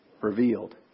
revealed